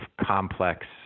complex